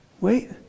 Wait